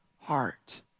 heart